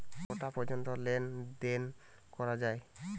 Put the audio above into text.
কটা পর্যন্ত লেন দেন করা য়ায়?